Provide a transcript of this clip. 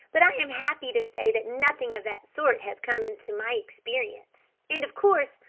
but i am happy to say that nothing of that sort has come into my experience, and, of course,